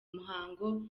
muhango